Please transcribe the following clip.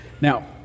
Now